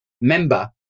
member